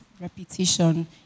repetition